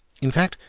in fact,